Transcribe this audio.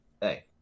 hey